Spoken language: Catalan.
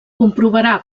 comprovarà